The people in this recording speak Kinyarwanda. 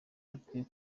rukwiye